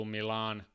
Milan